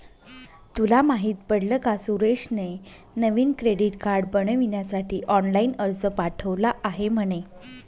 तुला माहित पडल का सुरेशने नवीन क्रेडीट कार्ड बनविण्यासाठी ऑनलाइन अर्ज पाठविला आहे म्हणे